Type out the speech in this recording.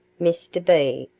mr. b.